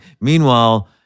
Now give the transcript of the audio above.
Meanwhile